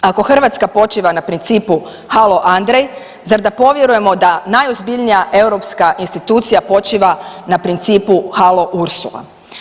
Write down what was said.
Ako Hrvatska počiva na principu halo Andrej, zar da povjerujemo da najozbiljnija europska institucija počiva na principu halo Ursula.